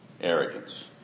Arrogance